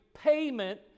payment